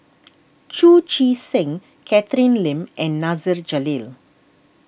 Chu Chee Seng Catherine Lim and Nasir Jalil